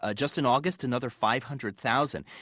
ah just in august, another five hundred thousand.